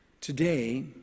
Today